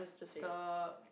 the